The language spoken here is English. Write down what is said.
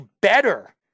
better